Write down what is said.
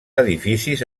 edificis